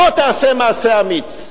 בוא תעשה מעשה אמיץ.